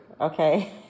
Okay